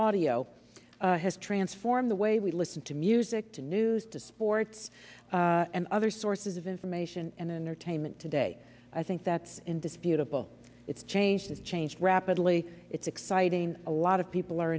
audio has transformed the way we listen to music to news to sports and other sources of information and entertainment today i think that's indisputable it's changed has changed rapidly it's exciting a lot of people are